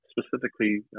specifically